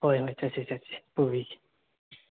ꯍꯣꯏ ꯍꯣꯏ ꯆꯠꯁꯤ ꯆꯠꯁꯤ ꯄꯨꯕꯤꯒꯦ